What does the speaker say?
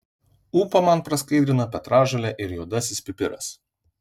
ūpą man praskaidrina petražolė ir juodasis pipiras